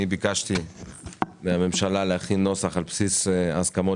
ביקשתי מן הממשלה להכין נוסח על בסיס הסכמות